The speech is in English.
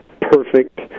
perfect